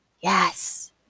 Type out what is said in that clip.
yes